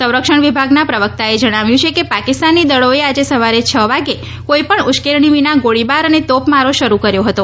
સંરક્ષણ વિભાગના પ્રવક્તાએ જણાવ્યું છે કે પાકિસ્તાની દળોએ આજે સવારે છ વાગે કોઈપણ ઉશ્કેરણી વિના ગોળીબાર અને તોપમારો શરૂ કર્યો હતો